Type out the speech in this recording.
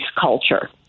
culture